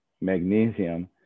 magnesium